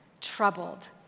troubled